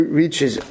reaches